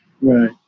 Right